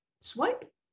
swipe